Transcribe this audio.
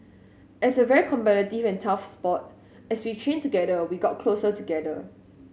as a very competitive and tough sport as we train together we get closer together